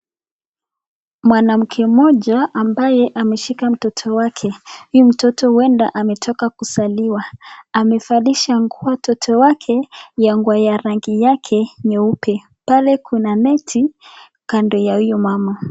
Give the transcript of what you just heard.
Mwanamke moja ambaye ameshika mtoto wake, huyu mtoto huwenda amezaliwa amevalisha nguo mtoto wake ya rangi yake nyeupe, pale kuna neti kando ya huyo mama.